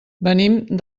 venim